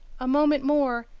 a moment more,